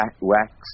wax